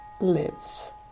lives